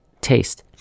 taste